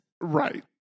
Right